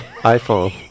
iPhone